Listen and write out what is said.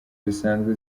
zisanzwe